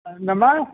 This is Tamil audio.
என்னம்மா